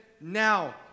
now